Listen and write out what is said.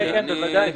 כן, בוודאי.